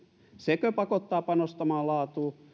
sekö pakottaa panostamaan laatuun